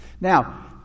Now